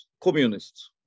communists